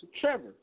Trevor